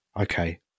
Okay